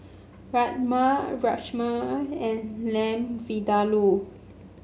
Rajma Rajma and Lamb Vindaloo